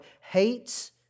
hates